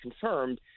confirmed